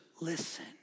listen